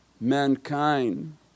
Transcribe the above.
mankind